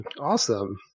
Awesome